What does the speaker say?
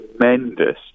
tremendous